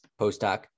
Postdoc